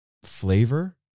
Flavor